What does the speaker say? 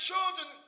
children